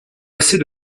assez